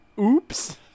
Oops